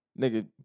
nigga